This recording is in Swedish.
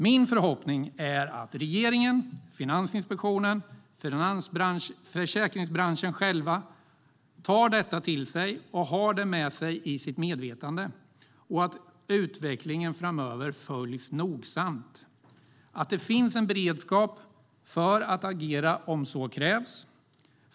Min förhoppning är att regeringen, Finansinspektionen och försäkringsbranschen själv tar detta till sig och har det med i sitt medvetande och att utvecklingen framöver följs nogsamt så att det finns en beredskap att agera om så krävs.